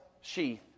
sheath